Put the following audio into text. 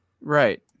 Right